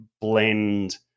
blend